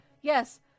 yes